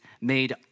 made